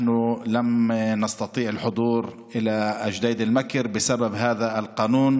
לא עלה ביכולתנו לבוא לג'דידה-מכר בגלל החוק הזה,